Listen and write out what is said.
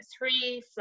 three